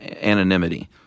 anonymity